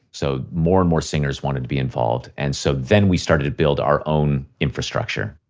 so more and more singers wanted to be involved and so then we started to build our own infrastructure.